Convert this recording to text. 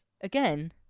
again